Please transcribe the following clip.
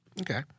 Okay